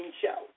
show